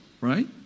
right